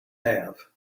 have